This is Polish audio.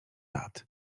lat